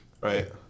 Right